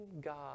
God